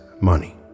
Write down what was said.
money